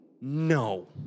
No